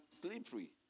slippery